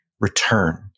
return